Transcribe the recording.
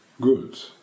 good